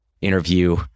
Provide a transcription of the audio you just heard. interview